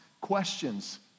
questions